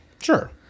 Sure